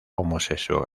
homosexual